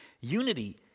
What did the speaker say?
Unity